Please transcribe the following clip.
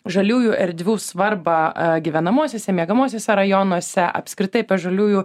žaliųjų erdvių svarbą gyvenamuosiuose miegamuosiuose rajonuose apskritai žaliųjų